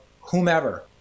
whomever